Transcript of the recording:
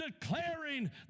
declaring